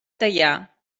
teià